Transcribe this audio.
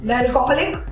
alcoholic